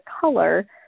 color